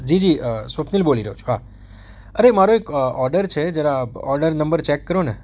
જી જી સ્વપ્નિલ બોલી રહ્યો છું હા અરે મારો એક ઓર્ડર છે જરા ઓર્ડર નંબર ચેક કરો ને